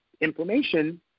inflammation